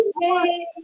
Yay